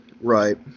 Right